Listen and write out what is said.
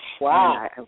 Wow